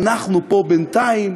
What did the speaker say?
ואנחנו פה בינתיים